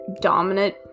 Dominant